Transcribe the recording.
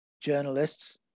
Journalists